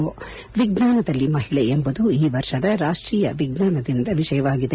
ವಿಜ್ಞಾನದಲ್ಲಿ ಮಹಿಳೆ ಎಂಬುದು ಈ ವರ್ಷದ ರಾಷ್ಟೀಯ ವಿಜ್ಞಾನ ದಿನದ ವಿಷಯವಾಗಿದೆ